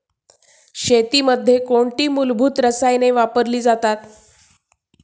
शेतीमध्ये कोणती मूलभूत रसायने वापरली जातात?